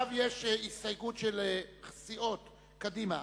אנחנו עוברים לסעיף 7. קבוצת קדימה,